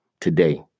today